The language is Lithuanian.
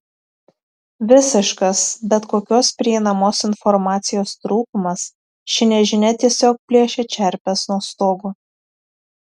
visiškas bet kokios prieinamos informacijos trūkumas ši nežinia tiesiog plėšia čerpes nuo stogo